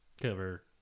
Cover